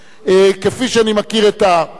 כפי שאני מכיר את המסתייגים,